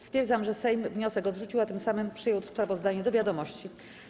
Stwierdzam, że Sejm wniosek odrzucił, a tym samym przyjął sprawozdanie do wiadomości.